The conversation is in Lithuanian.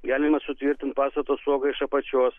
galima sutvirtint pastato stogą iš apačios